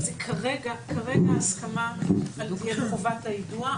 כרגע ההסכמה על חובת היידוע.